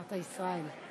ישראל.